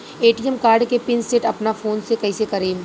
ATM card के PIN set अपना phone से कइसे करेम?